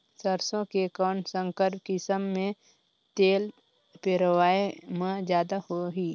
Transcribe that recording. सरसो के कौन संकर किसम मे तेल पेरावाय म जादा होही?